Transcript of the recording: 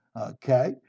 okay